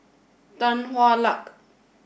Tan Hwa Luck